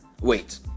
Wait